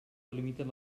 delimiten